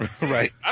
Right